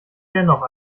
dennoch